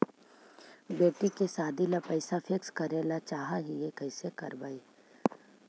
बेटि के सादी ल पैसा फिक्स करे ल चाह ही कैसे करबइ?